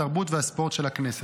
התרבות והספורט של הכנסת.